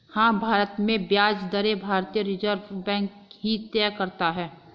हाँ, भारत में ब्याज दरें भारतीय रिज़र्व बैंक ही तय करता है